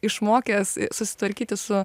išmokęs susitvarkyti su